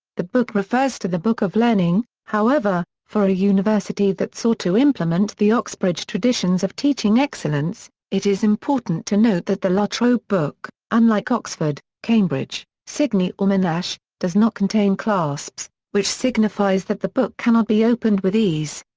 the book refers to the book of learning, however, for a university that sought to implement the oxbridge traditions of teaching excellence, it is important to note that the la trobe book, unlike oxford, cambridge, sydney or monash, does not contain clasps, which signifies that the book cannot be opened with ease.